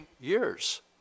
years